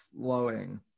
flowing